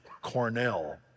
Cornell